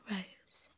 Rose